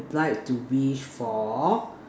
applied to before